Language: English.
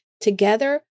Together